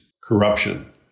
corruption